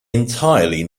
entirely